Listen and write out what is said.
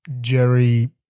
Jerry